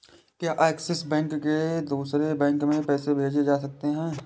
क्या Axis bank से दूसरे बैंक में पैसे भेजे जा सकता हैं?